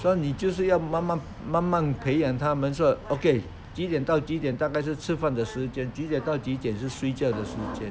所以你就是要慢慢慢慢培养他们说 okay 几点到几点大概是吃饭的时间几点到几点是睡觉的时间